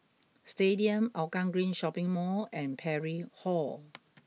Stadium Hougang Green Shopping Mall and Parry Hall